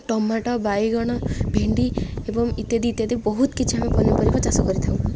tomato ବାଇଗଣ ଭେଣ୍ଡି ଏବଂ ଇତ୍ୟାଦି ଇତ୍ୟାଦି ବହୁତ କିଛି ଆମେ ପନିପରିବା ଚାଷ କରିଥାଉ